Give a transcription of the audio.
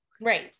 Right